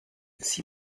sie